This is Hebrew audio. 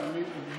פארן, אני אבדוק